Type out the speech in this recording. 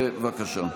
בבקשה.